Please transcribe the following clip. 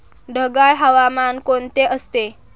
ढगाळ हवामान कोणते असते?